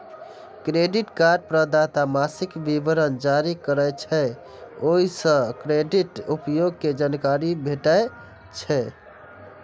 credit card प्रदाता मासिक विवरण जारी करै छै, ओइ सं क्रेडिट उपयोग के जानकारी भेटै छै